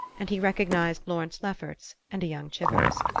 and he recognised lawrence lefferts and a young chivers.